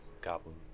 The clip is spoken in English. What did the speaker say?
goblin